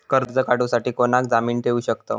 कर्ज काढूसाठी कोणाक जामीन ठेवू शकतव?